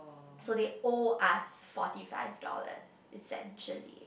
so they owe us forty five dollars essentially